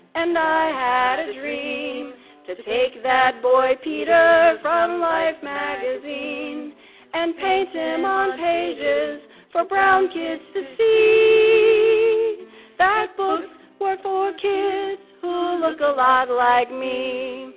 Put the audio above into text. and i had a dream to to take that boy, peter, from life magazine and paint him on pages for brown kids to see that books are for kids who look a lot like me.